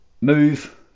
move